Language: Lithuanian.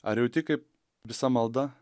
ar jauti kaip visa malda